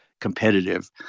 competitive